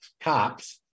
cops